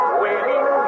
winning